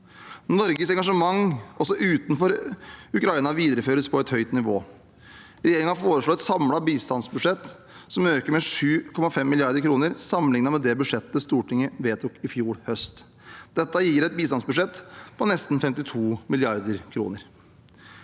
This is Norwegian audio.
Norges engasjement også utenfor Ukraina videreføres på et høyt nivå. Regjeringen foreslår et samlet bistandsbudsjett som øker med 7,5 mrd. kr sammenlignet med det budsjettet Stortinget vedtok i fjor høst. Dette gir et bistandsbudsjett på nesten 52 mrd. kr.